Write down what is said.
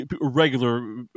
regular